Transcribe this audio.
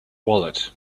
wallet